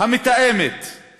המתאמת את